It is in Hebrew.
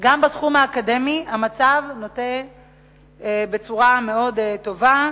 גם בתחום האקדמי המצב נוטה בצורה מאוד טובה: